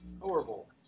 horrible